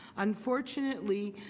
unfortunately,